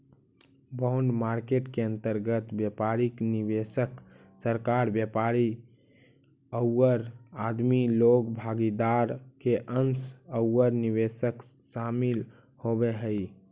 bond market के अंतर्गत व्यापारिक निवेशक, सरकार, व्यापारी औउर आदमी लोग भागीदार के अंश औउर निवेश शामिल होवऽ हई